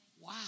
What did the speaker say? wow